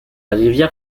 rivière